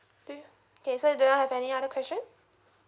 okay okay so do you have any other question